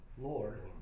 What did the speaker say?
Lord